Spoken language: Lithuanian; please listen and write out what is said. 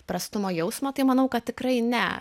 prastumo jausmo tai manau kad tikrai ne